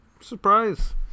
Surprise